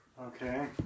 Okay